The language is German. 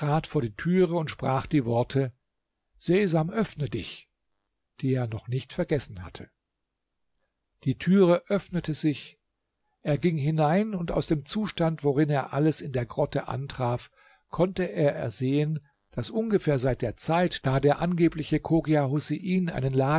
vor die türe und sprach die worte sesam öffne dich die er noch nicht vergessen hatte die türe öffnete sich er ging hinein und aus dem zustand worin er alles in der grotte antraf konnte er ersehen daß ungefähr seit der zeit da der angebliche chogia husein